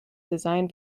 designed